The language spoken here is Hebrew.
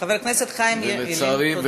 חבר הכנסת חיים ילין, תודה.